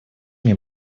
мне